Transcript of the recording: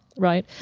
right?